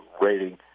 rating